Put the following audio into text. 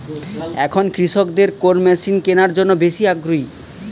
এখন কৃষকদের কোন মেশিন কেনার জন্য বেশি আগ্রহী?